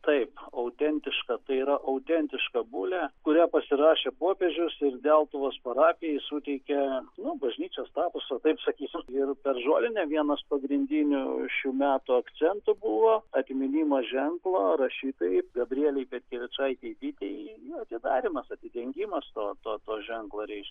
taip autentiška tai yra autentiška bulė kurią pasirašė popiežius ir deltuvos parapijai suteikė nu bažnyčios statusą taip sakysim ir per žolinę vienas pagrindinių šių metų akcentų buvo atminimo ženklo rašytojai gabrielei petkevičaitei bitei jo atidarymas atidengimas to to to ženklo reiškia